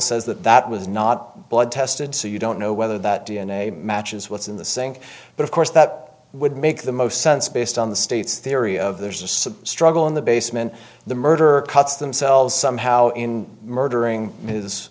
says that that was not blood tested so you don't know whether that d n a matches what's in the sink but of course that would make the most sense based on the state's theory of there's a substantial in the basement the murderer cuts themselves somehow in murdering his